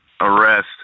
arrest